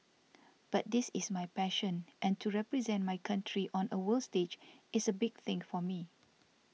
but this is my passion and to represent my country on a world stage is a big thing for me